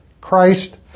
Christ